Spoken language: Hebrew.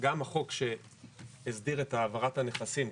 גם החוק שהסדיר את העברת הנכסים,